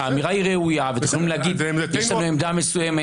האמירה היא ראויה ואתם יכולים להגיד שיש לכם עמדה מסוימת.